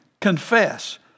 Confess